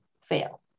fail